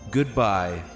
Goodbye